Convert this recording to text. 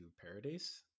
Paradise